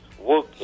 work